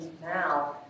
Now